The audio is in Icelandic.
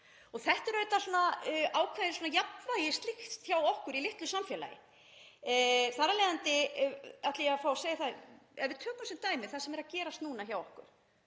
Þetta er auðvitað ákveðin jafnvægislist hjá okkur í litlu samfélagi. Þar af leiðandi ætla ég að fá að segja það, ef við tökum sem dæmi það sem er að gerast núna hjá okkur